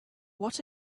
what